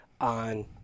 on